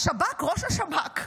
שהשב"כ, ראש השב"כ,